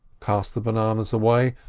cast the bananas away,